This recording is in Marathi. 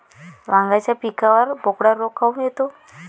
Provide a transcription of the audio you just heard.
वांग्याच्या पिकावर बोकड्या रोग काऊन येतो?